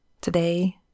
Today